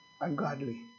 ungodly